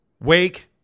Wake